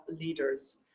leaders